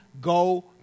go